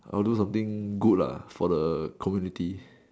I would do something good lah for the community